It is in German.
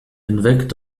hinweg